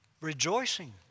rejoicing